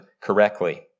correctly